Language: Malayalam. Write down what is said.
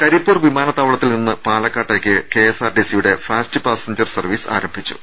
കരിപ്പൂർ വിമാനത്താവളത്തിൽ നിന്ന് പാലക്കാട്ടേക്ക് കെ എസ് ആർ ടി സിയുടെ ഫാസ്റ്റ് പാസഞ്ചർ സർവീസ് ആരംഭിച്ചു